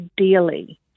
ideally